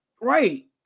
right